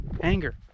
anger